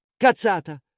Cazzata